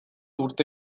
urte